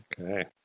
Okay